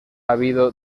habido